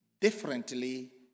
differently